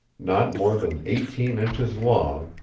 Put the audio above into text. not more than eighteen inches long,